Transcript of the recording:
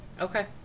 Okay